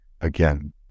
again